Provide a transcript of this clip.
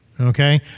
Okay